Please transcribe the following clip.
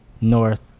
north